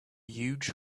huge